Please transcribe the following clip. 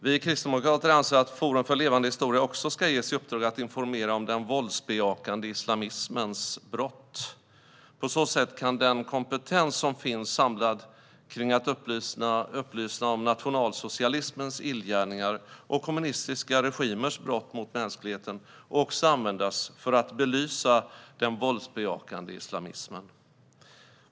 Vi kristdemokrater anser att Forum för levande historia också ska ges i uppdrag att informera om den våldsbejakande islamismens brott. På så sätt kan den kompetens som finns samlad när det gäller att upplysa om nationalsocialismens illgärningar och kommunistiska regimers brott mot mänskligheten också användas för att belysa den våldsbejakande islamismen.